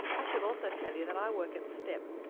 i should also tell you that i work at step.